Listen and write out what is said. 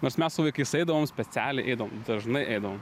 nors mes su vaikais eidavom specialiai eidavom dažnai eidavom